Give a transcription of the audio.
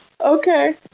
Okay